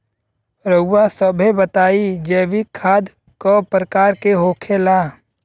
रउआ सभे बताई जैविक खाद क प्रकार के होखेला?